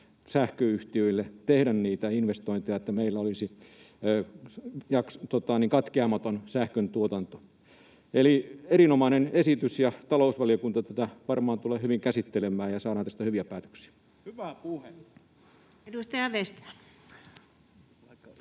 yhtiöille tehdä niitä investointeja, niin että meillä olisi katkeamaton sähköntuotanto. Eli erinomainen esitys, ja talousvaliokunta tätä varmaan tulee hyvin käsittelemään, ja saadaan tästä hyviä päätöksiä. [Speech